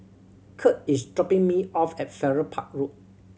Curt is dropping me off at Farrer Park Road